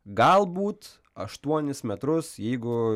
galbūt aštuonis metrus jeigu